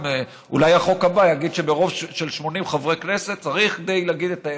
אולי החוק הבא יגיד שרוב של 80 חברי כנסת צריך גם כדי להגיד את האמת.